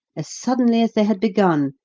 as suddenly as they had begun,